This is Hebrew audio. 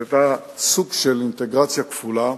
זה היה סוג של אינטגרציה כפולה,